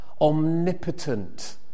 omnipotent